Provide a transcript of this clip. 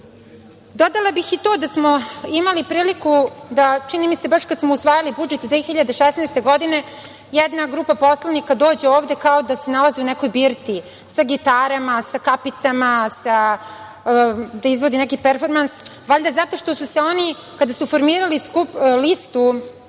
bih i to da smo imali priliku da čini mi se baš kada smo usvajali budžet 2016. godine, jedna grupa poslanika dođe ovde kao da se nalazi u nekoj birtiji, sa gitarama, sa kapicama, da izvodi neki performans valjda zato što su se oni, kada su formirali listu